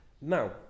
Now